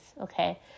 okay